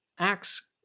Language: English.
Acts